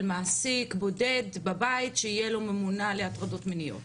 מעסיק בודד בבית שיהיה לו ממונה להטרדות מיניות.